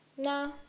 No